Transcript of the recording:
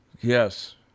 yes